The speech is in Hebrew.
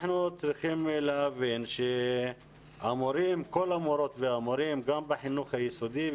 אנחנו צריכים להבין שכל המורים והמורות גם בחינוך היסודי,